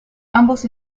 ambos